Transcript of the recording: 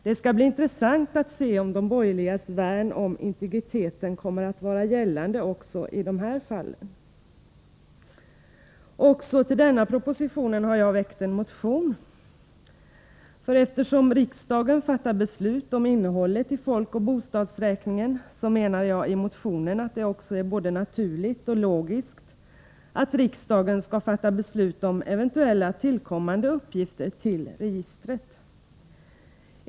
Det skall bli intressant att se om de borgerligas värn om integriteten kommer att finnas även i dessa fall. Också med anledning av denna proposition har jag väckt en motion. Eftersom riksdagen fattar beslut om innehållet i folkoch bostadsräkningen, menar jag i motionen att det är både naturligt och logiskt att riksdagen skall fatta beslut om eventuella tillkommande uppgifter till registret.